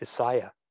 Isaiah